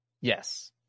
Yes